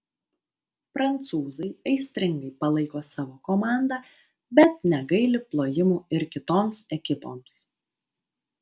prancūzai aistringai palaiko savo komandą bet negaili plojimų ir kitoms ekipoms